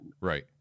Right